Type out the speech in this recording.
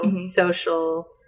social